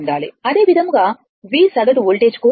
అదేవిధంగా V సగటు voltage కోసం